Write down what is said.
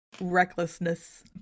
recklessness